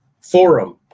forum